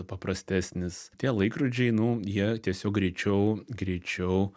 paprastesnis tie laikrodžiai nu jie tiesiog greičiau greičiau